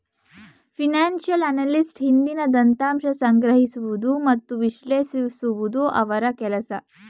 financial analyst ಹಿಂದಿನ ದತ್ತಾಂಶ ಸಂಗ್ರಹಿಸುವುದು ಮತ್ತು ವಿಶ್ಲೇಷಿಸುವುದು ಅವರ ಕೆಲಸ